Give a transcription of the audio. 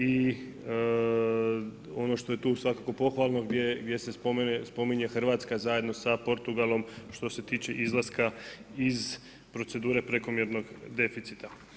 I ono što je tu svakako pohvalno, gdje se spominje Hrvatska zajedno sa Portugalom, što se tiče izlaska iz procedure prekomjernog deficita.